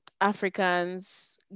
Africans